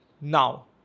now